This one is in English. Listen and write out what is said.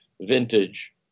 vintage